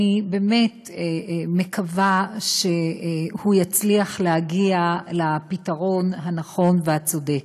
אני באמת מקווה שהוא יצליח להגיע לפתרון הנכון והצודק,